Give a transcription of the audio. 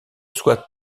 soit